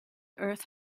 earth